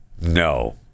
no